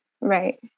right